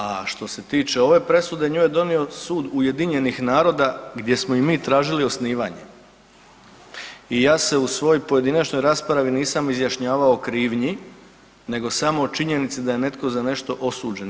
A što se tiče ove presude nju je donio sud UN-a gdje smo i mi tražili osnivanje i ja se u svojoj pojedinačnoj raspravi nisam izjašnjavao o krivnji nego samo o činjenici da je netko za nešto osuđen.